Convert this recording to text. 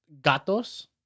Gatos